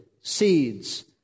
seeds